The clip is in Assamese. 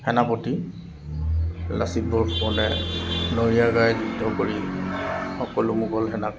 সেনাপতি লাচিত বৰফুকনে নৰীয়া গাৰে যুদ্ধ কৰি সকলো মোগল সেনাক